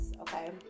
okay